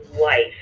life